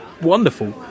wonderful